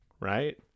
right